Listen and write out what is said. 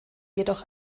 jedoch